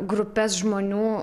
grupes žmonių